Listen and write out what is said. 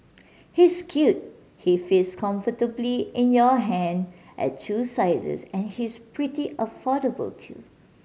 he's cute he fits comfortably in your hand at two sizes and he's pretty affordable too